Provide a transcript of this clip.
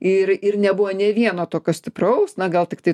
ir ir nebuvo nė vieno tokio stipraus na gal tiktai